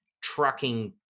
trucking